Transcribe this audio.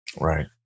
right